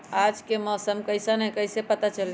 आज के मौसम कईसन हैं कईसे पता चली?